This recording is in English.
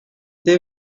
they